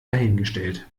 dahingestellt